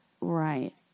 Right